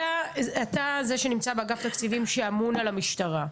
אתה זה שנמצא באגף תקציבים, שאמון על המשטרה.